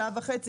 שעה וחצי,